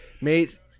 mate